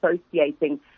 associating